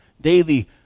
Daily